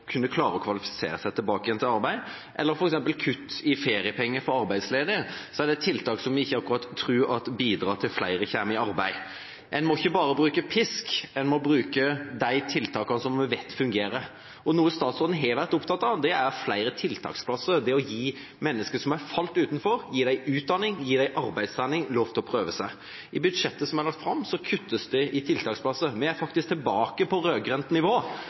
kunne klare å kvalifisere seg tilbake igjen til arbeid, eller f.eks. kutt i feriepenger for arbeidsledige, er det tiltak som vi ikke akkurat tror bidrar til at flere kommer i arbeid. En må ikke bare bruke pisk, en må bruke de tiltakene som vi vet fungerer. Og noe statsråden har vært opptatt av, er flere tiltaksplasser, det å gi mennesker som har falt utenfor, utdanning, arbeidstrening og lov til å prøve seg. I budsjettet som er lagt fram, kuttes det i tiltaksplasser. Vi er faktisk tilbake på rød-grønt nivå.